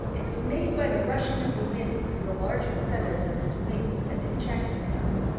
it was made by the rushing of the wind through the larger feathers of his wings as he checked himself.